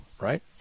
right